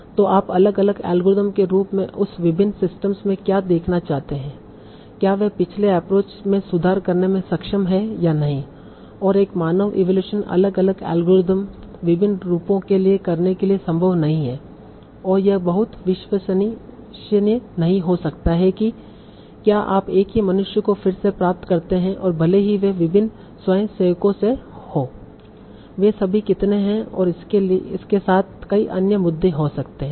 तो आप अलग अलग अल्गोरिथम के रूप में उस विभिन्न सिस्टम्स में क्या देखना चाहते हैं क्या वे पिछले एप्रोच में सुधार करने में सक्षम हैं या नहीं और एक मानव इवैल्यूएशन अलग अलग अल्गोरिथम विभिन्न रूपों के लिए करने के लिए संभव नहीं है और यह बहुत विश्वसनीय नहीं हो सकता है कि क्या आप एक ही मनुष्य को फिर से प्राप्त करते हैं और भले ही वे विभिन्न स्वयंसेवकों से हों वे सभी कितने हैं और इसलिए इसके साथ कई अन्य मुद्दे हो सकते हैं